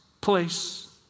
place